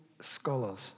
scholars